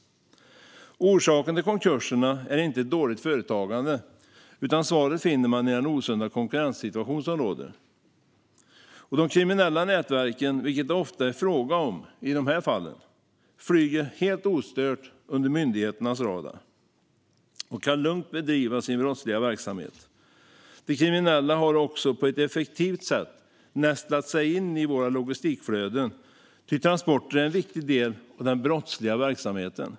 Orsaken till konkurserna är inte ett dåligt företagande, utan svaret finner vi i den osunda konkurrenssituation som råder. De kriminella nätverken, vilket det ofta är fråga om i de här fallen, "flyger" helt ostört under myndigheternas radar och kan lugnt bedriva sin brottsliga verksamhet. De kriminella har också på ett effektivt sätt nästlat sig in i våra logistikflöden, ty transporter är en viktig del i den brottsliga verksamheten.